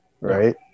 Right